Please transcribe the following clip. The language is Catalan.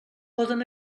poden